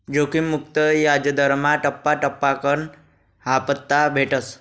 जोखिम मुक्त याजदरमा टप्पा टप्पाकन हापता भेटस